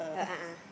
oh a'ah